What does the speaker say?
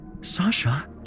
Sasha